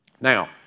Now